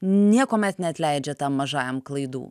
niekuomet neatleidžia tam mažajam klaidų